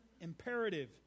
imperative